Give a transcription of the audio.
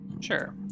Sure